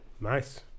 Nice